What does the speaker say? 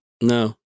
No